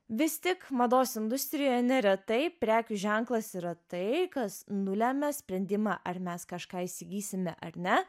vis tik mados industrijoje neretai prekių ženklas yra tai kas nulemia sprendimą ar mes kažką įsigysime ar ne